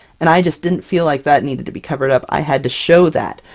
and i just didn't feel like that needed to be covered up. i had to show that.